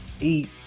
eat